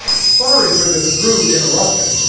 sorry for this rood interruption,